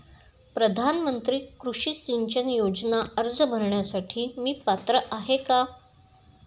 प्रधानमंत्री कृषी सिंचन योजना अर्ज भरण्यासाठी मी पात्र आहे का?